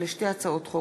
הצעת חוק